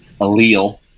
allele